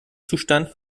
zustand